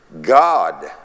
God